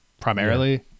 primarily